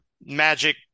magic